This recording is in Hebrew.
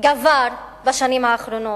גבר בשנים האחרונות,